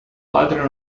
padre